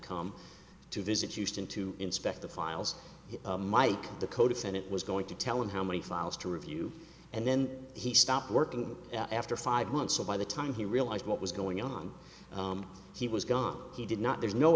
come to visit euston to inspect the files mike the code said it was going to tell him how many files to review and then he stopped working after five months so by the time he realized what was going on he was gone he did not there's no